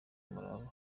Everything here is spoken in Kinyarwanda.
umurava